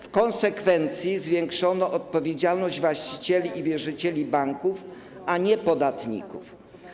W konsekwencji zwiększono odpowiedzialność właścicieli i wierzycieli banków, a nie podatników.